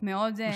זה פשוט המשפט.